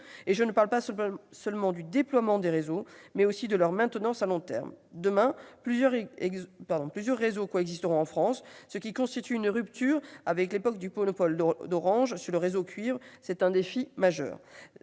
Je ne parle pas seulement du déploiement des réseaux, mais aussi de leur maintenance à long terme. Demain, plusieurs réseaux coexisteront en France, ce qui constituera une rupture avec l'époque du monopole d'Orange sur le réseau cuivre. C'est un défi majeur.